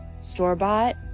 store-bought